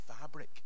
fabric